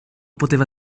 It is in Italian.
poteva